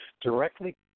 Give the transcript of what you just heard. directly